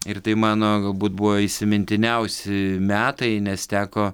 ir tai mano galbūt buvo įsimintiniausi metai nes teko